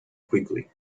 quickly